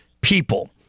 people